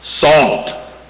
salt